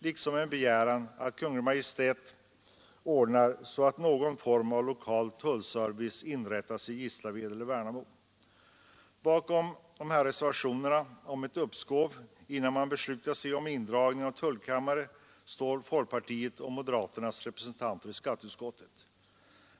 Vidare begärs att Kungl. Maj:t ordnar så att någon form av lokal tullservice inrättas i Gislaved eller Värnamo. Bakom reservationen om ett uppskov innan man beslutar sig om indragning av tullkammare står folkpartiets och moderaternas representanter i skatteutskottet.